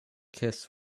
kiss